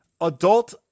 Adult